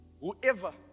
whoever